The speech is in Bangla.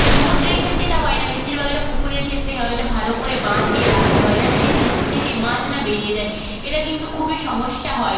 সমুদ্রের ক্ষেত্রে এটা হয় না বেশিরভাগ এটা পুকুরের ক্ষেত্রেই হয় এটা ভালো করে বাঁধ দিয়ে রাকতে হয় যাতে সেই পুকুর থেকে মাছ না বেরিয়ে যায় এটা কিন্তু খুবই সমস্যা হয়